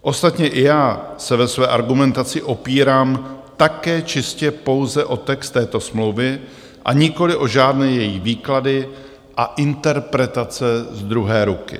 Ostatně i já se ve své argumentaci opírám také čistě pouze o text této smlouvy, nikoli o žádné její výklady a interpretace z druhé ruky.